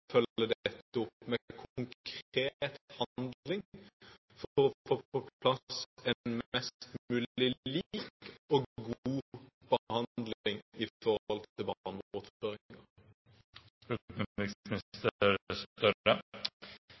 opp med konkret handling for å få på plass en mest mulig lik og god